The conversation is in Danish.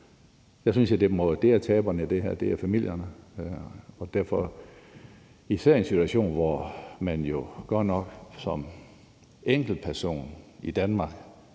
Jeg synes, at taberne i det her, er familierne. Især i en situation, hvor man jo godt nok som enkeltperson i Danmark